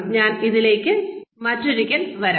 ഞാൻ ഇതിലേക്ക് മറ്റൊരിക്കൽ വരാം